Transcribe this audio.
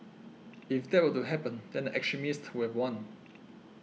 if that were to happen then the extremists would have won